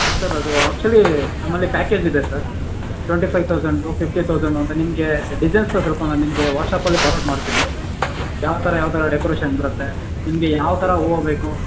sir ಅದು actually ನಮ್ಮಲ್ಲಿ ಫ್ಯಾಕೇಜಿದೆ sir twenty five thousand fifty thousand ಅಂತ ನಿಮಗೇ ಡಿಸೈನ್ ತೋರ್ಸಿ ನಿಮಗೆ ವಾಟ್ಸಾಪಲ್ಲಿ ಫಾರ್ವರ್ಡ್ ಮಾಡ್ತೀನಿ ಯಾವ್ಥರ ಯಾವ್ಥರ ಡೆಕೋರೇಷನ್ ಬರುತ್ತೆ ನಿಮಗೆ ಯಾವ ಥರ ಹೂವು ಬೇಕು